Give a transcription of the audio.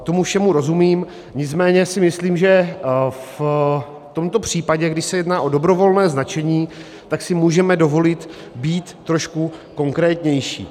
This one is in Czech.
Tomu všemu rozumím, nicméně si myslím, že v tomto případě, když se jedná o dobrovolné značení, tak si můžeme dovolit být trošku konkrétnější.